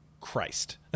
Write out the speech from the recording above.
christ